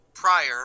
prior